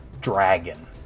dragon